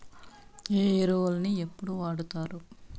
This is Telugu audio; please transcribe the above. ఏ ఎరువులని ఎప్పుడు వాడుతారు?